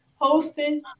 Hosting